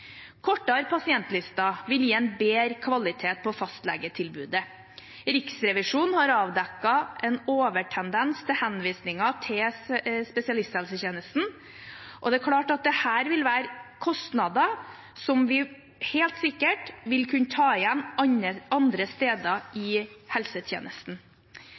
Kortere pasientlister vil gi en bedre kvalitet på fastlegetilbudet. Riksrevisjonen har avdekket en overtendens til henvisninger til spesialisthelsetjenesten, og det er klart at dette vil være kostnader som vi helt sikkert vil kunne ta igjen andre steder i helsetjenesten.